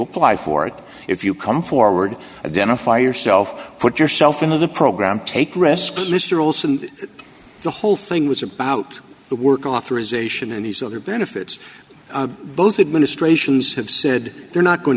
apply for it if you come forward identify yourself put yourself into the program take risk literals and the whole thing was about the work authorization and these other benefits both administrations have said they're not going